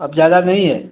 अब ज्यादा नहीं है